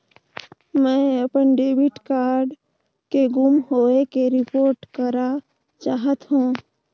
मैं अपन debit card के गुम होवे के रिपोर्ट करा चाहत हों